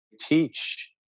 teach